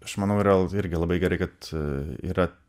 aš manau yra irgi labai gerai kad yra